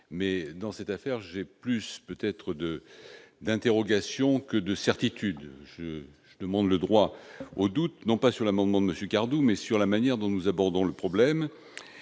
mais dans cette affaire, j'ai plus d'interrogations que de certitudes. Je demande le droit au doute, non pas sur ce sous-amendement, mais sur la manière dont nous abordons le problème.